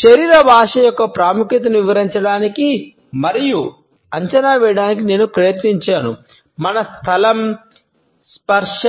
శరీర భాష యొక్క ప్రాముఖ్యతను వివరించడానికి మరియు అంచనా వేయడానికి నేను ప్రయత్నించాను మన స్థలం స్పర్శ